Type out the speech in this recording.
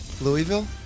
Louisville